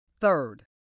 Third